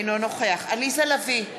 אינו נוכח עליזה לביא,